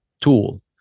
tool